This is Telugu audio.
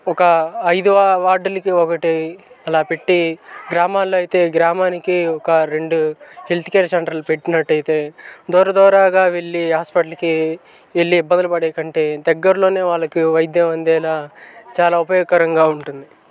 ఒక ఐదు వార్డులకి ఒకటి అలా పెట్టి గ్రామాలలో అయితే గ్రామానికి ఒక రెండు హెల్త్ కేర్ సెంటర్లు పెట్టినట్టు అయితే దూర దూరాగా వెళ్ళి హాస్పటల్కి వెళ్ళి ఇబ్బందులు పడే కంటే దగ్గర్లలో వాళ్ళకి వైద్యం అందేలా చాలా ఉపయోగకరంగా ఉంటుంది